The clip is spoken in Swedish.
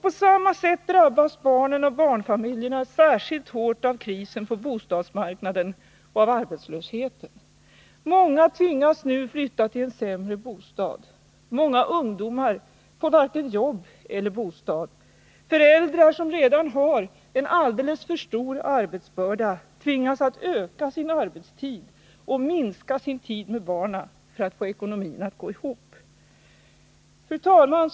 På samma sätt drabbas barnen och barnfamiljerna särskilt hårt av krisen på bostadsmarknaden och av arbetslösheten. Många tvingas nu flytta till en sämre bostad. Många ungdomar får varken jobb eller bostad. Föräldrar som redan har en alldeles för stor arbetsbörda tvingas att öka sin arbetstid och minska sin tid med barnen för att få ekonomin att gå ihop. Fru talman!